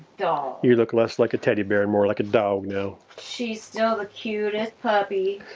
dog. you look less like a teddy bear and more like a dog now. she's still the cutest puppy